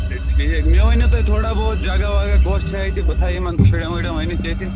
اَچھا ٹھیٖک مےٚ ؤنِو تُہۍ تھوڑا بہت جگہ وگہ کۄس چھِ اَتہِ بہٕ تھاو یِمن شُرٮ۪ن وُرٮ۪ن ؤنِتھ ییٚتہِ